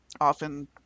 often